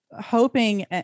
hoping